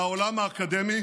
מהעולם האקדמי